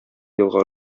елга